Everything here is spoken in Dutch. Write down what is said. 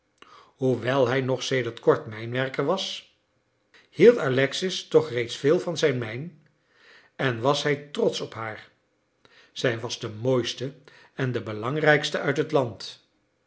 hoewel hij nog sedert kort mijnwerker was hield alexis toch reeds veel van zijn mijn en was hij trotsch op haar zij was de mooiste en de belangrijkste uit het land